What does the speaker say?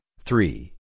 three